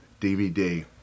DVD